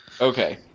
Okay